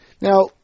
Now